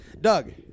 doug